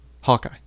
Hawkeye